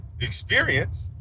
experience